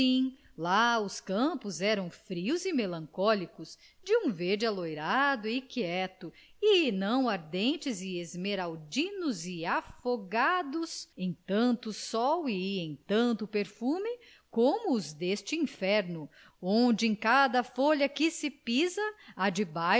lá os campos eram frios e melancólicos de um verde alourado e quieto e não ardentes e esmeraldinos e afogados em tanto sol e em tanto perfume como o deste inferno onde em cada folha que se pisa há